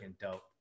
dope